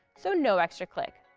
so no extra clicks!